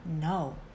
no